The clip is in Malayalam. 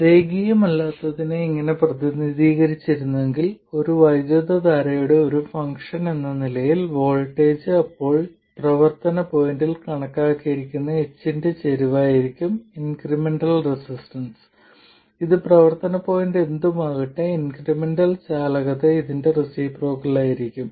രേഖീയമല്ലാത്തതിനെ ഇങ്ങനെ പ്രതിനിധീകരിച്ചിരുന്നെങ്കിൽ ഒരു വൈദ്യുതധാരയുടെ ഒരു ഫംഗ്ഷൻ എന്ന നിലയിൽ വോൾട്ടേജ് അപ്പോൾ പ്രവർത്തന പോയിന്റിൽ കണക്കാക്കിയിരിക്കുന്ന h ന്റെ ചരിവായിരിക്കും ഇൻക്രിമെന്റൽ റെസിസ്റ്റൻസ് ഇത് പ്രവർത്തന പോയിന്റ് എന്തുമാകട്ടെ ഇൻക്രിമെന്റൽ ചാലകത ഇതിന്റെ റേസിപ്രോക്കൽ ആയിരിക്കും